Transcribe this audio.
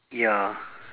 ya